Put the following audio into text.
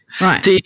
right